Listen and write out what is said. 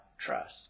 trust